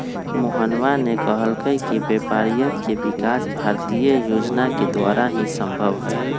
मोहनवा ने कहल कई कि व्यापारियन के विकास भारतीय योजना के द्वारा ही संभव हई